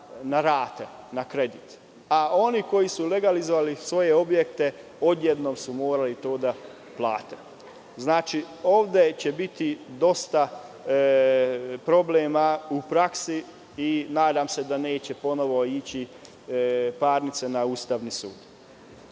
na rate, na kredit, a oni koji su legalizovali svoje objekte odjednom su to morali da plate. Znači, ovde će biti dosta problema u praksi i nadam se da neće ponovo ići parnice na Ustavni sud. Kod